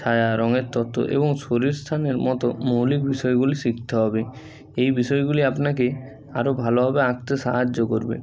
ছায়া রঙের তত্ত্ব এবং শরীর স্থানের মতো মৌলিক বিষয়গুলি শিখতে হবে এই বিষয়গুলি আপনাকে আরও ভালোভাবে আঁকতে সাহায্য করবে